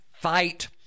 fight